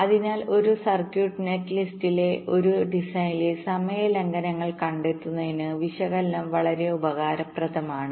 അതിനാൽ ഒരു circuit net ലിസ്റ്റിലെ ഒരു ഡിസൈനിലെ സമയ ലംഘനങ്ങൾ കണ്ടെത്തുന്നതിന് വിശകലനം വളരെ ഉപകാരപ്രദമാണ്